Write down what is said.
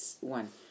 one